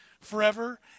forever